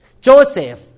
Joseph